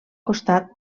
costat